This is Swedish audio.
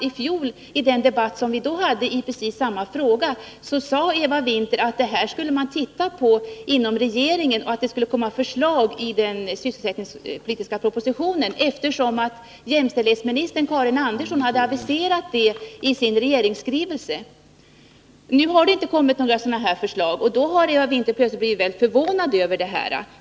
I den debatt som vi hade i fjolom precis samma fråga sade Eva Winther att man inom regeringen skulle se på den och att det skulle komma förslag i den sysselsättningspolitiska propositionen, vilket jämställdhetsministern Karin Andersson hade aviserat. Det har emellertid inte kommit några sådana förslag, och då har Eva Winther plötsligt blivit väldigt förvånad.